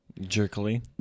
Jerkily